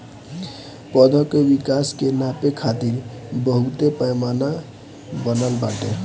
पौधा के विकास के नापे खातिर बहुते पैमाना बनल बाटे